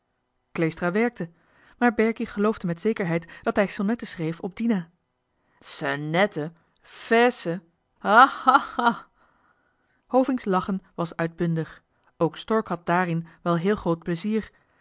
kleestra werkte maar berkie geloofde met zekerheid dat hij sonnetten schreef op dina senette ferze hahaha hovink's lachen was uitbundig ook stork had dààrin wel heel groot plezier